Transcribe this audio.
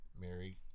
Mary